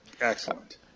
Excellent